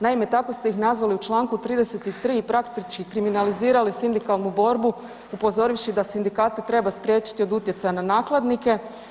Naime, tako ste ih nazvali u čl. 33. i praktički kriminalizirali sindikalnu borbu upozorivši da sindikate treba spriječiti od utjecaja na nakladnike.